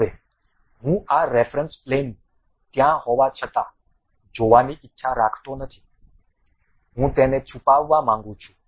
હવે હું આ રેફરન્સ પ્લેન ત્યાં હોવા છતાં જોવાની ઇચ્છા રાખતો નથી હું તેને છુપાવવા માંગુ છું